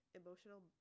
emotional